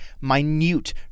minute